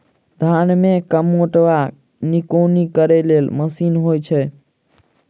धान मे कमोट वा निकौनी करै लेल केँ मशीन होइ छै?